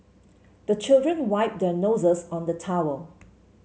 the children wipe their noses on the towel